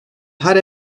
her